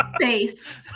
Face